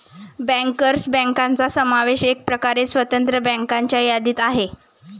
bankers बँकांचा समावेश एकप्रकारे स्वतंत्र बँकांच्या यादीत आहे